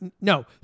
no